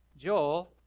Joel